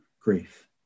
grief